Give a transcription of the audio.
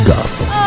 Gotham